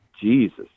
Jesus